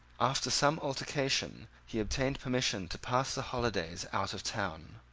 after some altercation he obtained permission to pass the holidays out of town.